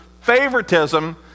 favoritism